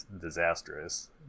disastrous